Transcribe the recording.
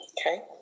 Okay